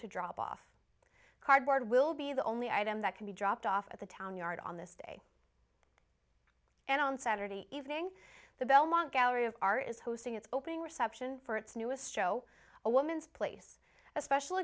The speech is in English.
to drop off cardboard will be the only item that can be dropped off at the tanyard on this day and on saturday evening the belmont gallery of art is hosting its opening reception for its newest show a woman's place a special